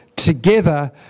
together